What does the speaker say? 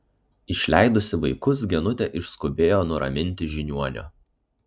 išleidusi vaikus genutė išskubėjo nuraminti žiniuonio